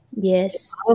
Yes